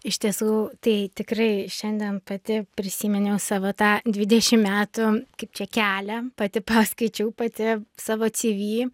iš tiesų tai tikrai šiandien pati prisiminiau savo tą dvidešimt metų kaip čia kelią pati perskaičiau pati savo cv